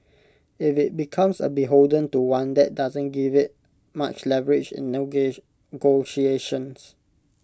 if IT becomes beholden to one that doesn't give IT much leverage in negotiations